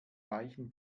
reichen